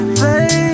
baby